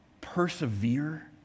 persevere